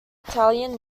italian